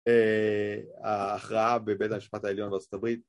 ההכרעה בבית המשפט העליון בארה״ב